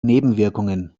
nebenwirkungen